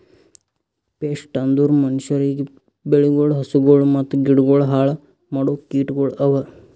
pest ಅಂದುರ್ ಮನುಷ್ಯರಿಗ್, ಬೆಳಿಗೊಳ್, ಹಸುಗೊಳ್ ಮತ್ತ ಗಿಡಗೊಳ್ ಹಾಳ್ ಮಾಡೋ ಕೀಟಗೊಳ್ ಅವಾ